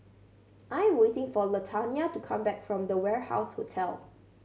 I'm waiting for Latanya to come back from The Warehouse Hotel